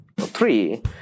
three